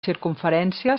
circumferència